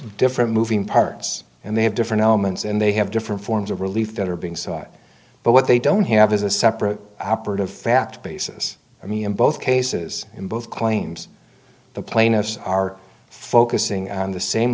different moving parts and they have different elements and they have different forms of relief that are being sought but what they don't have is a separate operative fact basis i mean in both cases in both claims the plaintiffs are focusing on the same